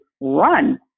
run